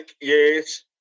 yes